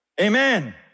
Amen